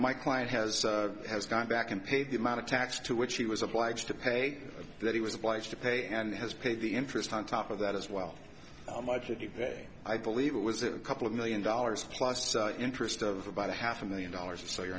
my client has has gone back and paid the amount of tax to which he was obliged to pay that he was obliged to pay and has paid the interest on top of that as well how much would you pay i believe it was a couple of million dollars plus interest of about a half a million dollars so you're